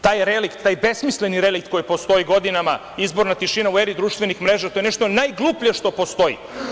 Taj relikt, taj besmisleni relikt koji postoji godinama – izborna tišina u eri društvenih mreža to je nešto najgluplje što postoji.